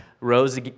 rose